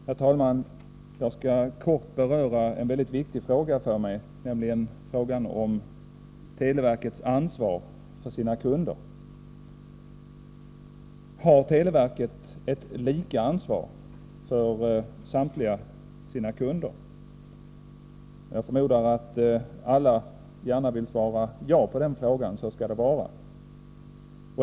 Herr talman! Jag skall kort beröra en fråga som är väldigt viktig för mig, nämligen frågan om televerkets ansvar för sina kunder. Har televerket ett lika ansvar för samtliga sina kunder? Jag förmodar att alla gärna vill svara ja på den frågan — så skall det vara.